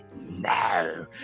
no